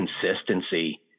consistency